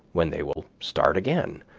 when they will start again.